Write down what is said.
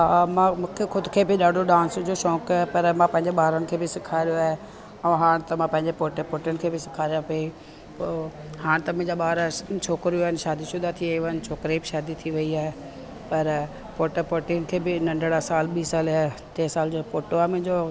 हा मां मूंखे ख़ुदि खे बि ॾाढो डांस जो शौक़ु आहे पर मां पंहिंजे ॿारनि खे बि सेखारियो आहे ऐं हा त मां पंहिंजे पोटे पोटियुनि खे बि सेखारिया पई पोइ हाणे त मुंहिंजा ॿार छोकिरियूं आहिनि शादी शुदा थी वियूं आहिनि छोकिरे जी बि शादी थी वई आहे पर पोटे पोटी खे बि नंढिड़ा साल ॿीं साल जा टे साल जो पोटो आहे मुंहिंजो